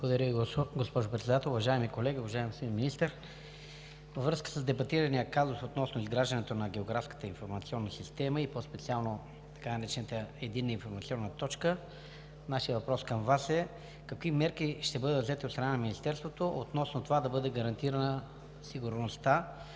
Благодаря Ви, госпожо Председател. Уважаеми колеги, уважаеми господин Министър! Във връзка с дебатирания казус относно изграждането на географската информационна система и по-специално така наречената Единна информационна точка нашият въпрос към Вас е: какви мерки ще бъдат взети от страна на Министерството относно това да бъде гарантирана сигурността